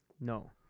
No